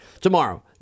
tomorrow